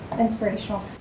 inspirational